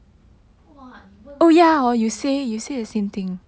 !wah! 你问问题很厉害